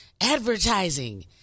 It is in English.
Advertising